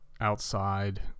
outside